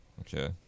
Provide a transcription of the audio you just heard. Okay